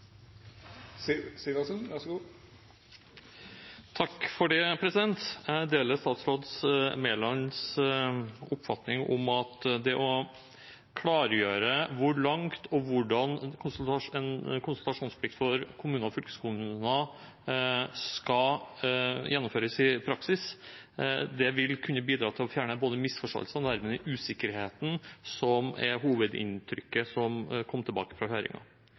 Jeg deler statsråd Mælands oppfatning om at det å klargjøre hvor langt og hvordan en konsultasjonsplikt for kommuner og fylkeskommuner skal gjennomføres i praksis, vil kunne bidra til å fjerne både misforståelsene og dermed også usikkerheten, som er hovedinntrykket fra høringen. Da jeg hørte representantene Kjønaas Kjos og Thommessen fra talerstolen, snakket også de om den samlede tilbakemeldingen som kom